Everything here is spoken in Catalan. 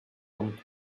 punt